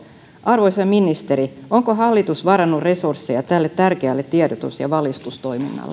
arvoisa ministeri onko hallitus varannut resursseja tälle tärkeälle tiedotus ja valistustoiminnalle